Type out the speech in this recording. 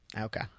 Okay